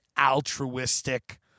altruistic